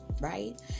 right